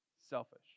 selfish